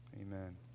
Amen